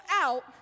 out